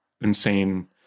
insane